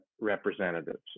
representatives